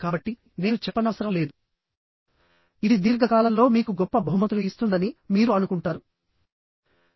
కాబట్టి నేను చెప్పనవసరం లేదు ఇది దీర్ఘకాలంలో మీకు గొప్ప బహుమతులు ఇస్తుందని మీరు అనుకుంటారు